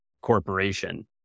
corporation